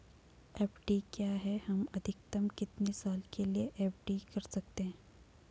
FD क्या है हम अधिकतम कितने साल के लिए एफ.डी कर सकते हैं?